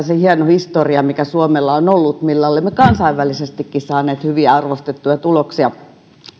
se hieno historia mikä suomella on ollut millä olemme kansainvälisestikin saaneet hyviä arvostettuja tuloksia